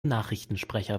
nachrichtensprecher